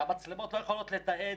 כשהמצלמות לא יכולות לתעד